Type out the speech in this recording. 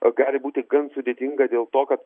gali būti gan sudėtinga dėl to kad